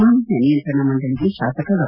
ಮಾಲಿನ್ತ ನಿಯಂತ್ರಣ ಮಂಡಳಿಗೆ ಶಾಸಕ ಡಾ